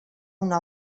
una